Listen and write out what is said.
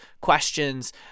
questions